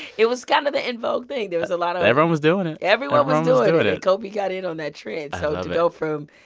it was kind of the in vogue thing. there was a lot of. everyone was doing it everyone was doing it. kobe got in on that trend. so to go from,